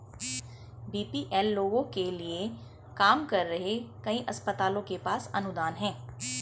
BPL लोगों के लिए काम कर रहे कई अस्पतालों के पास अनुदान हैं